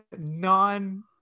non